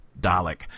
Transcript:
Dalek